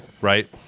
right